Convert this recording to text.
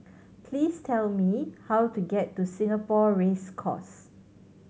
please tell me how to get to Singapore Race Course